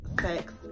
sex